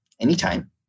anytime